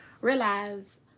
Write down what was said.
realize